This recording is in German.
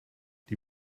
die